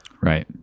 Right